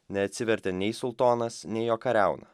neatsivertė nei sultonas nei jo kariauna